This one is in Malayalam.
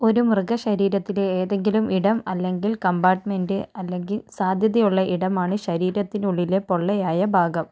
ഒരു മൃഗശരീരത്തിലെ ഏതെങ്കിലും ഇടം അല്ലെങ്കിൽ കമ്പാർട്ട്മെൻറ്റ് അല്ലെങ്കിൽ സാധ്യതയുള്ള ഇടമാണ് ശരീരത്തിനുള്ളിലെ പൊള്ളയായ ഭാഗം